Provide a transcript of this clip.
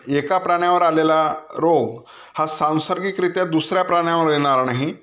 एका प्राण्यावर आलेला रोग हा सांसर्गिकरित्या दुसऱ्या प्राण्यावर येणार नाही